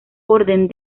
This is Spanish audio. orden